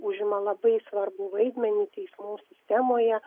užima labai svarbų vaidmenį teismų sistemoje